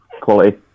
quality